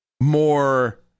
more